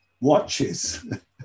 watches